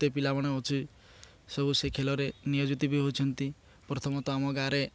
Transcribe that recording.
ପିଲାମାନେ ଅଛି ସବୁ ସେ ଖେଳରେ ନିୟୋଜିତ ବି ହେଉଛନ୍ତି ପ୍ରଥମତଃ ଆମ ଗାଁରେ